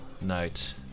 night